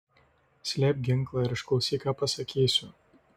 slėpk ginklą ir išklausyk ką pasakysiu